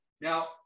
Now